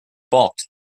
balked